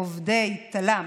עובדי תל"מ,